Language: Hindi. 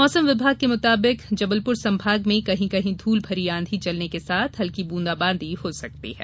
मौसम विभाग के मुताबिक जबलपुर संभाग में कहीं कहीं धूल भरी आंधी चलने के साथ हल्की ब्रंदाबांदी हो सकती है